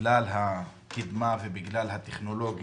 בגלל הקדמה ובגלל הטכנולוגיה,